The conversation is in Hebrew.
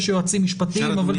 יש יועצים משפטיים --- אני